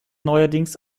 neuerdings